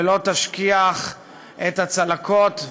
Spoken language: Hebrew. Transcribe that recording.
ולא תשכיח את הצלקות,